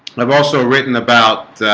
i've also written about